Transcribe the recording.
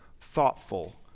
thoughtful